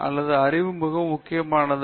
எனவே அறிவு மிகவும் முக்கியமானது